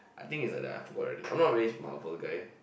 I think is like I forgot already I'm not really Marvel guy